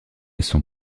son